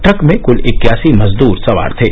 truck में क्ल इक्यासी मजदूर सवार थे